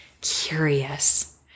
curious